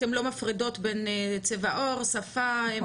אתן לא מפרידות בין צבע העור, שפה.